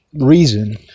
reason